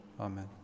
Amen